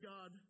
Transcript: God